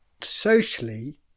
socially